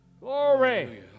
Glory